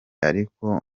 ariko